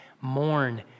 mourn